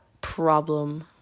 problem